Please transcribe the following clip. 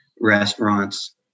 restaurants